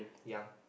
ya